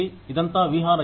ఇదంతా వ్యూహరచన